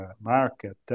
market